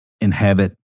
inhabit